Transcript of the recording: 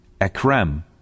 Ekrem